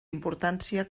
importància